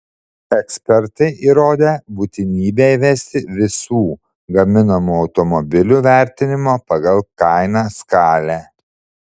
ekspertai įrodė būtinybę įvesti visų gaminamų automobilių vertinimo pagal kainą skalę